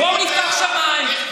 בואו נפתח את השמיים,